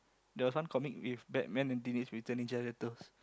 the some comic with batman and Teenage-Mutant-Ninja-Turtles